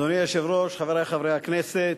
אדוני היושב-ראש, חברי חברי הכנסת,